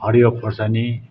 हरियो खोर्सानी